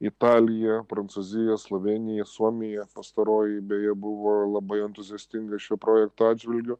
italija prancūzija slovėnija suomija pastaroji beje buvo labai entuziastinga šio projekto atžvilgiu